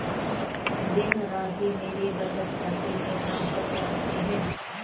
ऋण राशि मेरे बचत खाते में ट्रांसफर कर सकते हैं?